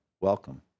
welcome